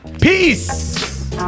Peace